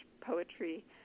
poetry